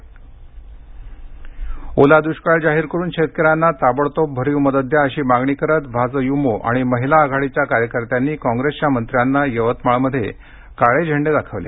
भाजयुमो आंदोलन ओला दृष्काळ जाहीर करून शेतकऱ्यांना ताबडतोब भरीव मदत द्या अशी मागणी करीत भाजयूमो आणि महीला आघाडीच्या कार्यकर्त्यांनी काँग्रेसच्या मंत्र्यांना यवतमाळमध्ये काळे झेंडे दाखविले